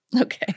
Okay